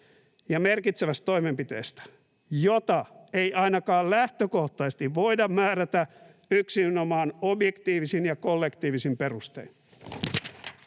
merkitsevästä toimenpiteestä, jota ei ainakaan lähtökohtaisesti voida määrätä yksinomaan objektiivisin ja kollektiivisin perustein.”